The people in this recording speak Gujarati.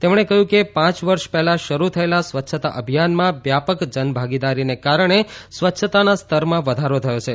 તેમણે કહયું કે પાંચ વર્ષ પહેલા શરૂ થયેલા સ્વચ્છતા અભિયાનમાં વ્યાપક જનભાગીદારીને કારણે સ્વચ્છતાના સ્તરમાં વધારો થયો છે